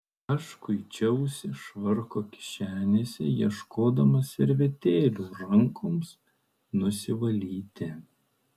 aš kuičiausi švarko kišenėse ieškodamas servetėlių rankoms nusivalyti